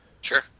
Sure